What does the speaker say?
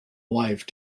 live